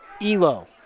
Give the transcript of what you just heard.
Elo